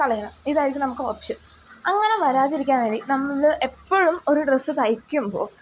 കളയുക ഇതായിരിക്കും നമുക്ക് ഓപ്ഷൻ അങ്ങനെ വരാതിരിക്കാൻ വേണ്ടി നമ്മൾ എപ്പോഴും ഒരു ഡ്രസ്സ് തയ്ക്കുമ്പോൾ